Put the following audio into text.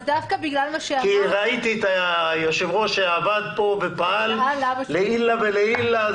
כי ראיתי את היושב-ראש שעבד פה ופעל לעילא ולעילא.